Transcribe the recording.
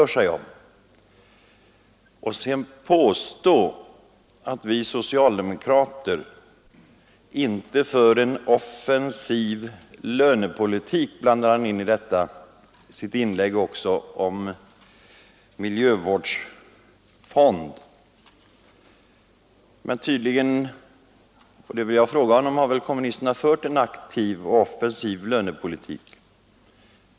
I sitt tal om en miljövårdsfond påstår han att vi socialdemokrater inte för en offensiv lönepolitik. Tydligen har kommunisterna fört en aktiv och offensiv lönepolitik.